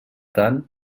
tant